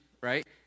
right